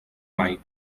mai